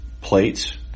plates